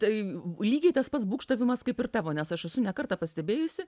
tai lygiai tas pats būgštavimas kaip ir tavo nes aš esu ne kartą pastebėjusi